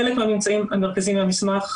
חלק מהממצאים המרכזיים במסמך,